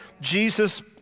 Jesus